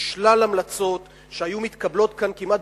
יש שלל המלצות שהיו מתקבלות כאן כמעט